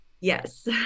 Yes